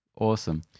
awesome